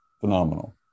Phenomenal